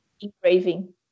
engraving